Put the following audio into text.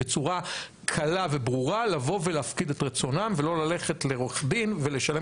בצורה קלה וברורה לבוא ולהפקיד את רצונם ולא ללכת לעורך דין ולשלם